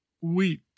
Wheat